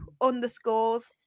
underscores